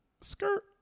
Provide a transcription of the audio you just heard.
Skirt